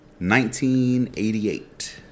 1988